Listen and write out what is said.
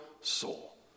soul